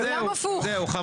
אבל זה לא נאמר בלשון חוק.